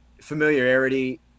Familiarity